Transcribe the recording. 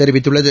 தெரிவித்துள்ளது